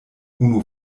unu